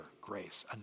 grace